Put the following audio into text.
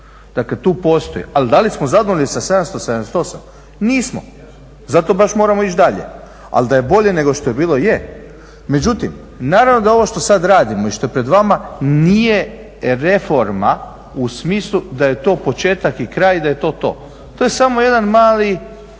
dakle tu postoji. Ali da li smo zadovoljni sa 778? Nismo, zato baš moramo ići dalje. Ali da je bolje nego što je bilo je. Međutim naravno da je ovo što sada radimo i što je pred vama nije reforma u smislu da je to početak i kraj da je to, to. To je samo jedan mali